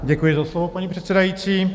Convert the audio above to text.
Děkuji za slovo, paní předsedající.